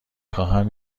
خواهم